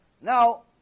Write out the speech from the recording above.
now